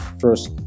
first